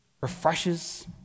refreshes